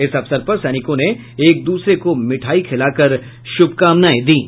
इस अवसर पर सैनिकों ने एक दूसरे को मिठाई खिला कर शुभकामनाएं दीं